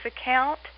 account